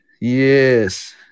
Yes